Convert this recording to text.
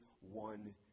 one